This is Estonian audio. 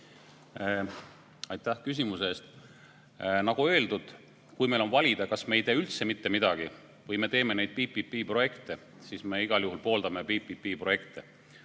Aitäh küsimuse eest! Nagu öeldud, kui meil on valida, kas me ei tee üldse mitte midagi või me teeme neid PPP‑projekte, siis me igal juhul pooldame PPP‑projekte.